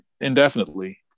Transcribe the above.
indefinitely